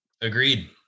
Agreed